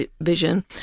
vision